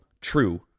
true